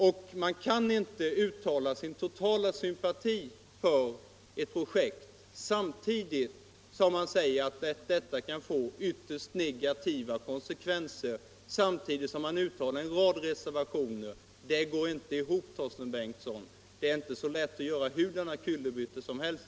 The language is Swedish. Man kan ju inte uttala sin totala sympati för ett projekt samtidigt som man säger att detta kan få ytterst negativa konsekvenser och samtidigt som man uttalar en rad reservationer! Det går inte ihop, herr Torsten Bengtson; det går inte att göra vilka kullerbyttor som helst.